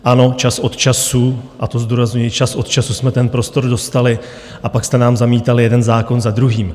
Ano, čas od času, a to zdůrazňuji, čas od času jsme ten prostor dostali, a pak jste nám zamítali jeden zákon za druhým.